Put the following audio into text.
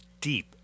deep